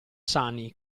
sani